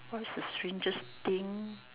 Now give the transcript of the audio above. what's the strangest thing